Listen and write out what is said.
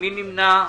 מי נמנע?